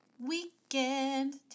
weekend